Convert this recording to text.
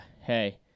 Hey